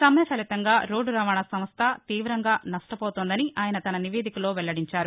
సమ్మె ఫలితంగా రోడ్లు రవాణా సంస్ట తీవంగా నష్టపోతోందని ఆయన తన నివేదికలో వెల్లడించారు